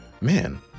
man